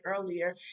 earlier